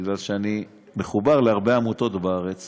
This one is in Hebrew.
כי אני מחובר להרבה עמותות בארץ